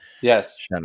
Yes